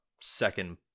second